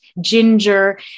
ginger